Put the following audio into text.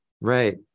Right